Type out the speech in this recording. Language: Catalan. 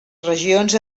regions